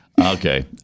Okay